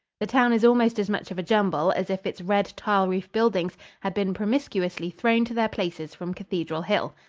the town is almost as much of a jumble as if its red, tile-roof buildings had been promiscuously thrown to their places from cathedral hill.